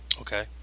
Okay